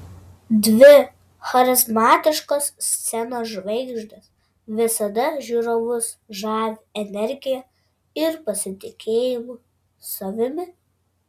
dvi charizmatiškos scenos žvaigždės visada žiūrovus žavi energija ir pasitikėjimu savimi